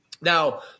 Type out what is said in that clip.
Now